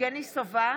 יבגני סובה,